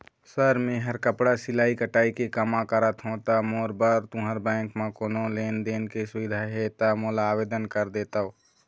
Sir Mehar कपड़ा सिलाई कटाई के कमा करत हों ता मोर बर तुंहर बैंक म कोन्हों लोन दे के सुविधा हे ता मोर ला आवेदन कर देतव?